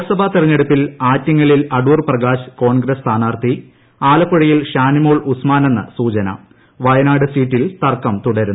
ലോക്സഭാ തെര്യ്ക്ക്ക് ടുപ്പിൽ ആറ്റിങ്ങലിൽ അടൂർ പ്രകാശ് കോൺഗ്ര്സ് സ്ഥാനാർത്ഥി ആലപ്പുഴയിൽ ഷാനിമോൾ ഉസ്മാനെന്ന് സൂചന വയനാട് സീറ്റിൽ തർക്കം തുടരുന്നു